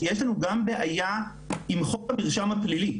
כי יש לנו גם בעיה עם חוק המרשם הפלילי.